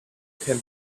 can